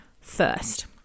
first